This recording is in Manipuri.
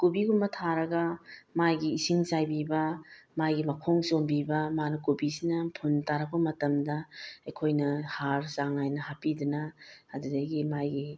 ꯀꯣꯕꯤꯒꯨꯝꯕ ꯊꯥꯔꯒ ꯃꯥꯒꯤ ꯏꯁꯤꯡ ꯆꯥꯏꯕꯤꯕ ꯃꯥꯒꯤ ꯃꯈꯣꯡ ꯁꯣꯝꯕꯤꯕ ꯃꯥꯅ ꯀꯣꯕꯤꯁꯤꯅ ꯐꯨꯟ ꯇꯥꯔꯛꯄ ꯃꯇꯝꯗ ꯑꯩꯈꯣꯏꯅ ꯍꯥꯔ ꯆꯥꯡ ꯅꯥꯏꯅ ꯍꯥꯞꯄꯤꯗꯨꯅ ꯑꯗꯨꯗꯒꯤ ꯃꯥꯒꯤ